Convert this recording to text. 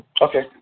Okay